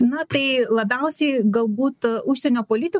na tai labiausiai galbūt užsienio politikos srityje būna kur